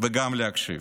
וגם להקשיב.